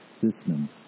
systems